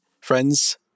friends